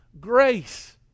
grace